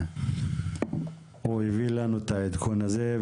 על העדכון הזה.